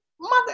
mother